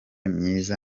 myiza